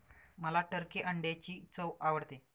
मला टर्की अंड्यांची चव आवडते